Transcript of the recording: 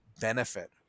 benefit